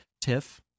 Tiff